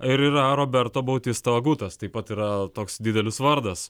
ir yra roberto bautisto gutas taip pat yra toks didelis vardas